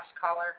caller